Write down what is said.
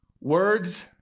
words